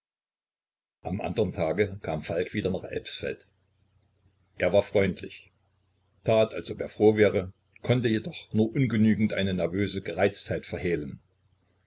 am andern tage kam falk wieder nach elbsfeld er war freundlich tat als ob er sehr froh wäre konnte jedoch nur ungenügend eine nervöse gereiztheit verhehlen